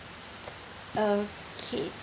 okay